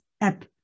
app